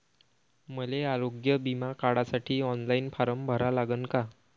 मले आरोग्य बिमा काढासाठी ऑनलाईन फारम भरा लागन का?